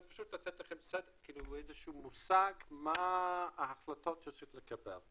זה פשוט כדי לתת להם איזה שהוא מושג מה ההחלטות שצריך לקבל.